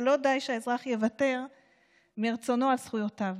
ולא די שהאזרח יוותר מרצונו על זכויותיו.